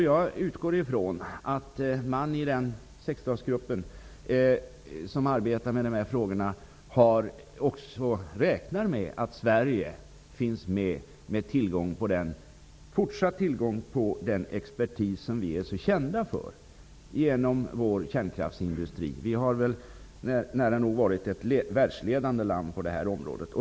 Jag utgår från att man i den sexstatsgrupp som arbetar med de här frågorna också räknar med att Sverige finns med, med fortsatt tillgång till den expertis som vi är så kända för genom vår kärnkraftsindustri. Vi har nära nog varit ett världsledande land på det här området.